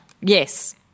Yes